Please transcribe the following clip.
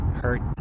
hurt